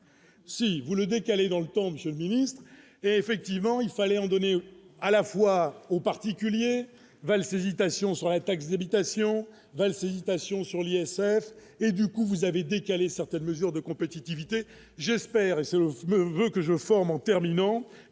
si voulez décalé dans le temps de ce ministre, effectivement il fallait redonner à la fois aux particuliers valse-hésitation sur la taxe d'imitation valse-hésitation sur l'ISF et du coup vous avez décaler certaines mesures de compétitivité, j'espère, et c'est aussi que je forme en terminant